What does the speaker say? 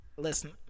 listen